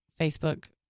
Facebook